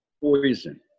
poison